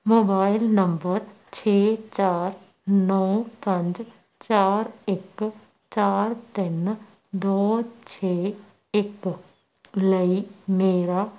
mobile number ਛੇ ਚਾਰ ਨੌਂ ਪੰਜ ਚਾਰ ਇੱਕ ਚਾਰ ਤਿੰਨ ਦੋ ਛੇ ਇੱਕ ਲਈ ਮੇਰਾ